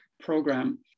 program